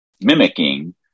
mimicking